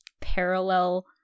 parallel